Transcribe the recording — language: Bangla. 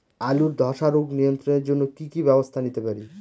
আলুর ধ্বসা রোগ নিয়ন্ত্রণের জন্য কি কি ব্যবস্থা নিতে পারি?